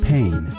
Pain